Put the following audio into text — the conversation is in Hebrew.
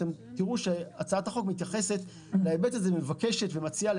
אתם תראו שהצעת החוק מתייחסת להיבט הזה ומבקשת ומציעה